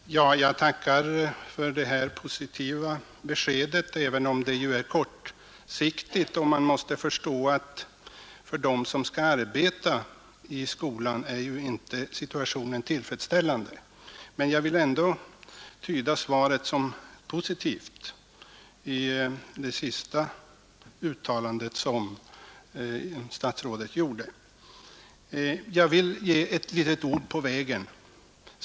Herr talman! Jag tackar för det positiva beskedet, även om det är kortsiktigt. Man måste förstå att situationen inte är tillfredsställande för dem som skall arbeta i skolan. Men genom det sista uttalandet statsrådet gjorde vill jag ändå tyda svaret som positivt. Jag vill ge ett litet ord på vägen.